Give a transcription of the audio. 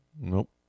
Nope